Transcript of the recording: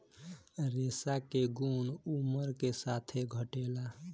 रेशा के गुन उमर के साथे घटेला